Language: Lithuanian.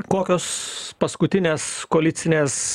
kokios paskutinės koalicinės